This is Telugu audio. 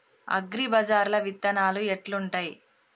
అగ్రిబజార్ల విత్తనాలు ఎట్లుంటయ్?